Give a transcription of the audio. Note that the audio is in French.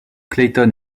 clayton